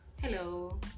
hello